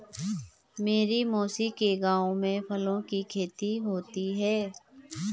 मेरी मौसी के गांव में फूलों की खेती होती है